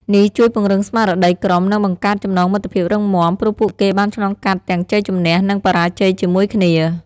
នេះជួយពង្រឹងស្មារតីក្រុម និងបង្កើតចំណងមិត្តភាពរឹងមាំ ព្រោះពួកគេបានឆ្លងកាត់ទាំងជ័យជម្នះ និងបរាជ័យជាមួយគ្នា។